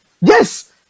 Yes